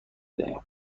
دهیم